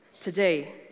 today